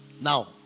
now